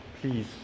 please